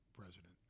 president